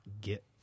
get